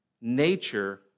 nature